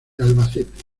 albacete